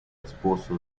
esposo